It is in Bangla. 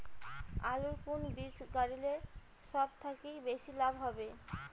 আলুর কুন বীজ গারিলে সব থাকি বেশি লাভ হবে?